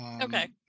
Okay